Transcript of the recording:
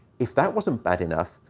if that wasn't bad enough,